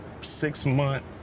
six-month